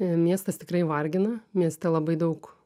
miestas tikrai vargina mieste labai daug